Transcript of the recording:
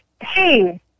Hey